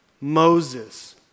Moses